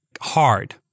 hard